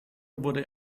wurde